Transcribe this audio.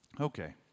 Okay